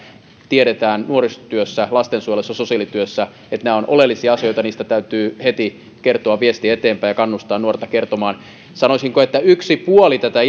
tiedetään nuorisotyössä lastensuojelussa tai sosiaalityössä että nämä ovat oleellisia asioita ja niistä täytyy heti kertoa viesti eteenpäin ja kannustaa nuorta kertomaan sanoisinko että uskon että yksi puoli tätä